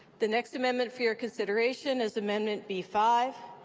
the next amendment for your consideration is amendment b five,